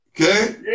Okay